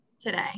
today